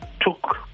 took